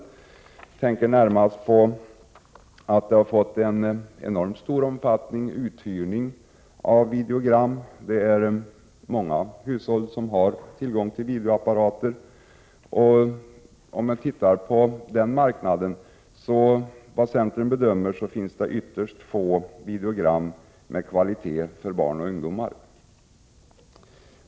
Jag tänker närmast på att uthyrning av videogram har fått en enormt stor omfattning. Många hushåll har tillgång till videoapparater. Enligt centerns bedömning finns det på marknaden ytterst få videogram med kvalitet för barn och ungdomar.